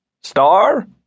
Star